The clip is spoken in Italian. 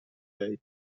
lei